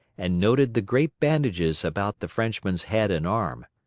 and noted the great bandages about the frenchman's head and arm.